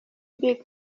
big